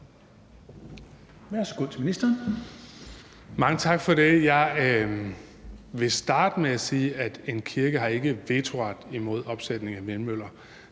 (Kaare Dybvad Bek): Mange tak for det. Jeg vil starte med at sige, at en kirke ikke har vetoret imod opsætning af vindmøller.